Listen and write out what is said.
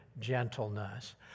gentleness